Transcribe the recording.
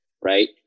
right